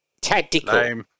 Tactical